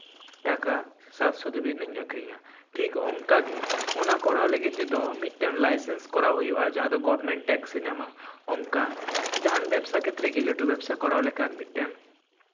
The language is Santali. ᱴᱟᱠᱟ ᱥᱟᱛᱥᱚ ᱫᱷᱟᱹᱵᱤᱡ ᱤᱧ ᱟᱹᱠᱷᱨᱤᱧᱟ ᱴᱷᱤᱠ ᱚᱱᱠᱟ ᱜᱮ ᱚᱱᱟ ᱠᱚᱨᱟᱣ ᱞᱟᱹᱜᱤᱫ ᱛᱮᱫᱚ ᱢᱤᱫᱴᱮᱱ ᱞᱟᱭᱥᱮᱱᱥ ᱠᱚᱨᱟᱣ ᱦᱩᱭᱩᱜᱼᱟ ᱡᱟᱦᱟᱸ ᱫᱚ ᱜᱚᱵᱷᱢᱮᱱᱴ ᱴᱮᱠᱥᱮ ᱧᱟᱢᱟ ᱚᱱᱠᱟ ᱡᱟᱦᱟᱱ ᱵᱮᱵᱽᱥᱟ ᱠᱷᱮᱛᱨᱮ ᱜᱮ ᱞᱟᱹᱴᱩ ᱵᱮᱵᱽᱥᱟ ᱠᱚᱨᱟᱣ ᱞᱮᱠᱷᱟᱱ ᱢᱤᱫᱴᱮᱱ